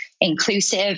inclusive